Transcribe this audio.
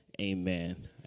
Amen